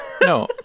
No